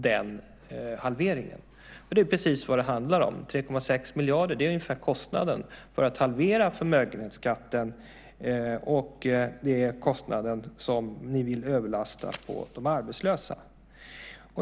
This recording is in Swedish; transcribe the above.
Det är nämligen precis vad det handlar om. Kostnaden för att halvera förmögenhetsskatten är ungefär 3,6 miljarder, och det är den kostnaden ni vill överlasta på de arbetslösa.